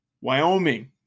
Wyoming